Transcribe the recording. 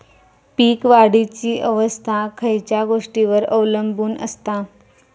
पीक वाढीची अवस्था खयच्या गोष्टींवर अवलंबून असता?